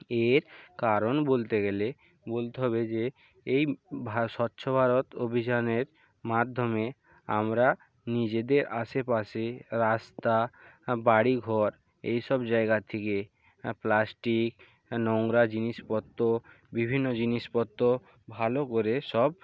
এর কারণ বলতে গেলে বলতে হবে যে এই স্বচ্ছ ভারত অভিযানের মাধ্যমে আমরা নিজেদের আশেপাশে রাস্তা বাড়ি ঘর এই সব জায়গা থেকে প্লাস্টিক নোংরা জিনিসপত্র বিভিন্ন জিনিসপত্র ভালো করে সব